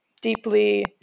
deeply